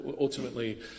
ultimately